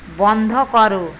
বন্ধ করো